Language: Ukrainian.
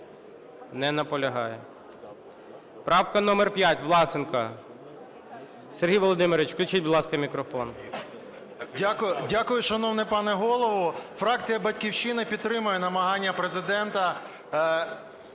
Не наполягає. Правка номер 5, Власенко. Сергій Володимирович, включіть, будь ласка, мікрофон. 10:16:16 ВЛАСЕНКО С.В. Дякую, шановний пане Голово. Фракція "Батьківщина" підтримує намагання Президента